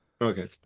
Okay